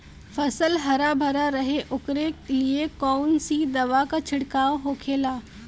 फसल हरा भरा रहे वोकरे लिए कौन सी दवा का छिड़काव होखेला?